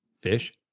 Fish